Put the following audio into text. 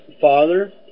father